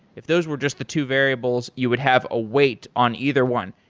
if those were just the two variables, you would have a weight on either one.